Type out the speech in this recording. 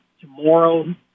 Tomorrow